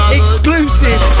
exclusive